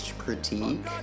critique